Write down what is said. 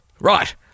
Right